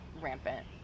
rampant